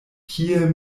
kie